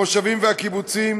המושבים והקיבוצים